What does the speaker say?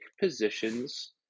positions